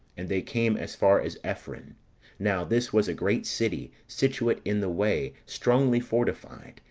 and they came as far as ephron now this was a great city, situate in the way, strongly fortified,